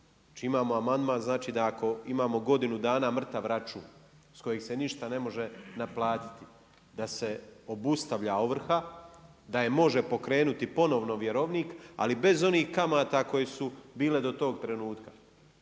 imamo amandman znači da ako imamo godinu dana mrtav račun s kojeg se ništa ne može naplatiti, da se obustavlja ovrha, da je može pokrenuti ponovno vjerovnika ali bez onih kamata koje su bile do tog trenutka.